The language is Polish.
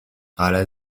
ale